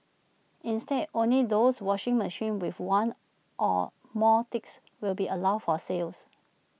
instead only those washing machines with one or more ticks will be allowed for sales